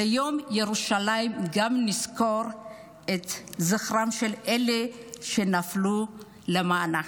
ביום ירושלים נזכור גם את זכרם של אלה שנפלו למענה.